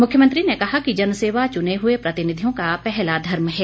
मुख्यमंत्री ने कहा कि जनसेवा चुने हुए प्रतिनिधियों का पहला धर्म है